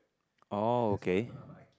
oh okay